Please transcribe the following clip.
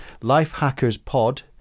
Lifehackerspod